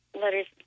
letters